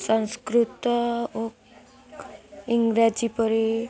ସଂସ୍କୃତ ଓ ଇଂରାଜୀ ପରି